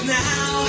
now